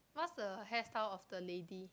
what's the hairstyle of the lady